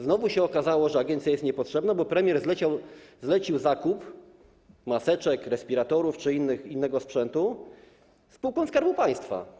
Znowu się okazało, że agencja jest niepotrzebna, bo premier zlecił zakup maseczek, respiratorów czy innego sprzętu spółkom Skarbu Państwa.